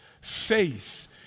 faith